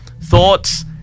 thoughts